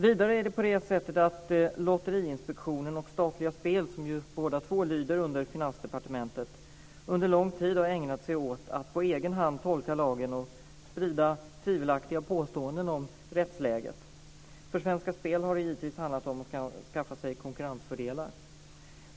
Vidare har Lotteriinspektionen och Svenska Spel, som båda två lyder under Finansdepartementet, under lång tid ägnat sig åt att på egen hand tolka lagen och sprida tvivelaktiga påståenden om rättsläget. För Svenska Spel har det givetvis handlat om att skaffa sig konkurrensfördelar.